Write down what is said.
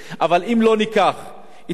ונשקיע בו הרבה כסף,